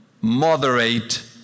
moderate